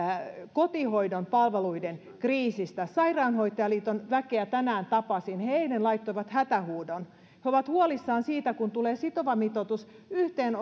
kotihoidon palveluiden kriisistä sairaanhoitajaliiton väkeä tänään tapasin he eilen laittoivat hätähuudon he ovat huolissaan siitä kun tulee sitova mitoitus yhteen